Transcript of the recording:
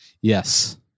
Yes